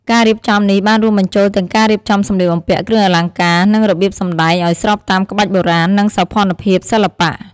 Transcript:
ការរៀបចំនេះបានរួមបញ្ចូលទាំងការរៀបចំសម្លៀកបំពាក់ គ្រឿងអលង្ការ និងរបៀបសម្តែងឱ្យស្របតាមក្បាច់បុរាណ និងសោភ័ណភាពសិល្បៈ។